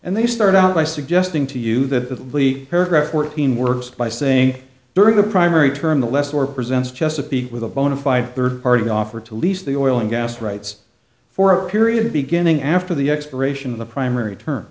and they start out by suggesting to you that lee paragraph fourteen works by saying during the primary term the less or presents chesapeake with a bona fide third party offer to lease the oil and gas rights for a period beginning after the expiration of the primary t